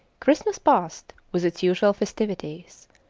christmas passed with its usual festivities.